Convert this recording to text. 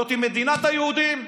זו מדינת היהודים,